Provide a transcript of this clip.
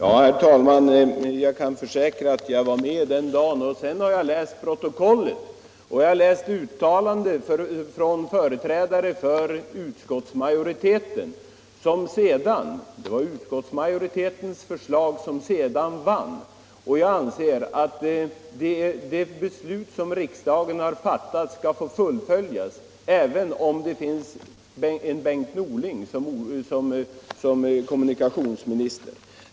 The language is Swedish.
Herr talman! Jag kan försäkra att jag var med den dagen, och sedan har jag läst protokollet, bl.a. uttalanden av företrädare för utskottsma joriteten. Det var ju utskottsmajoritetens förslag som vann, och jag anser Nr 135 att det beslut som riksdagen har fattat skall fullföljas, även om det finns Måndagen den en Bengt Norling som är kommunikationsminister.